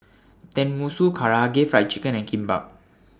Tenmusu Karaage Fried Chicken and Kimbap